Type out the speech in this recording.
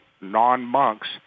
non-monks